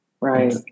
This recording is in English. Right